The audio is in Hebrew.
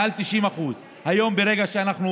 מעל 90%. היום, ברגע שהורדנו